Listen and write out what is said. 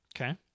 okay